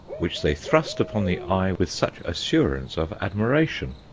which they thrust upon the eye with such assurance of admiration!